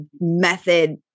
method